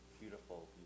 beautiful